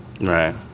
Right